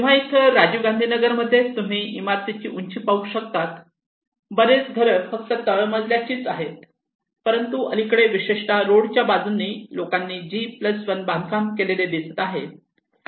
तेव्हा इथे राजीव गांधी नगर मध्ये तुम्ही इमारतीची उंची पाहू शकतात बरेच घरे फक्त तळमजल्याचीच आहे परंतु अलीकडे विशेषतः रोड च्या बाजूला लोकांनी G1 बांधकाम केलेले दिसत आहे